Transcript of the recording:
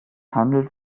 handelt